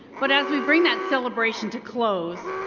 but as we bring that celebration to close,